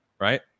right